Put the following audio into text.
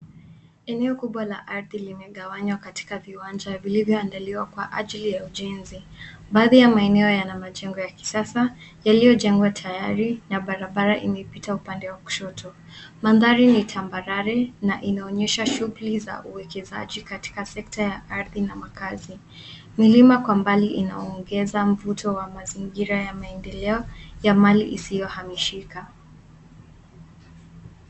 Eneo kubwa la ardhi limegawanywa katika viwanja vilivyoandaliwa kwa ajili ya ujenzi. Baadhi ya maeneo yana majengo ya kisasa yaliyojengwa tayari na barabara imepita upande wa kushoto. Mandhari ni tambarare na inaonyesha shughuli za uwekezaji katika sekta ya ardhi na makazi. Milima kwa mbali inaongeza mvuto wa mazingira ya maeneo ya mali isisyohamishika.